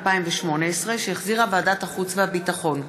התשע"ט 2018, שהחזירה ועדת החוץ והביטחון.